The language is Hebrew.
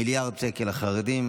מיליארד שקל לחרדים,